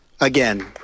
again